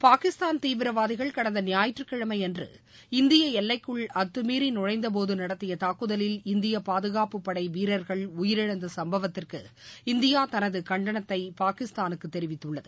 பாகிஸ்தான் தீவிரவாதிகள் கடந்த ஞாயிற்றக்கிழமை அன்று இந்திய எல்லைக்குள் அத்தமீறி நுழைந்த போது நடத்திய தாக்குதலில் இந்திய பாதுகாப்பு படை வீரர்கள் உயிரிழந்த சும்பவத்திற்கு இந்தியா தனது கண்டனத்தை பாகிஸ்தானுக்கு தெரிவித்துள்ளது